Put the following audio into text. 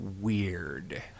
weird